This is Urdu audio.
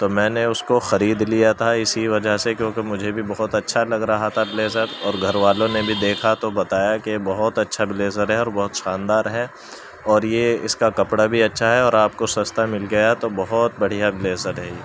تو میں نے اس کو خرید لیا تھا اسی وجہ سے کیونکہ مجھے بھی بہت اچھا لگ رہا تھا بلیزر اور گھر والوں نے بھی دیکھا تو بتایا کہ بہت اچھا بلیزر ہے اور بہت شاندار ہے اور یہ اس کا کپڑا بھی اچھا ہے اور آپ کو سستا مل گیا تو بہت بڑھیا بلیزر ہے یہ